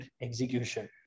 execution